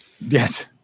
Yes